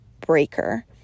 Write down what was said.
breaker